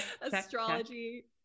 astrology